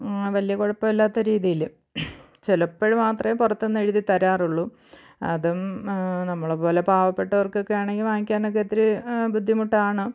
വലിയ കുഴപ്പമില്ലാത്ത രീതിയിൽ ചിലപ്പഴ് മാത്രമേ പുറത്തു നിന്ന് എഴുതിതരാറുള്ളൂ അതും നമ്മളെ പോലെ പാവപ്പെട്ടവർകൊക്കെ ആണെങ്കിൽ വാങ്ങിക്കാനൊക്കെ ഇത്തിരി ബുദ്ധിമുട്ടാണ്